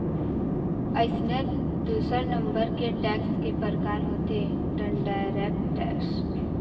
अइसने दूसर नंबर के टेक्स के परकार होथे इनडायरेक्ट टेक्स